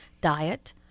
diet